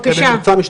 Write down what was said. בבקשה, תמשיך.